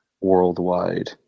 worldwide